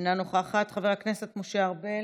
אינה נוכחת, חבר הכנסת משה ארבל,